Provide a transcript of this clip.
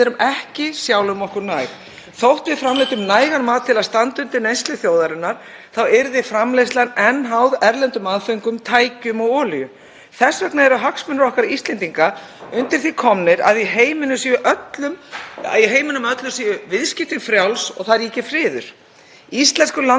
Þess vegna eru hagsmunir okkar Íslendinga undir því komnir að í heiminum öllum séu viðskipti frjáls og það ríki friður. Íslenskur landbúnaður og sjávarútvegur gegna mikilvægu hlutverki. Við framleiðum matvöru í hæsta gæðaflokki. Við eigum að styðja áfram við framleiðslu á heilnæmri og hollri íslenskri landbúnaðarvöru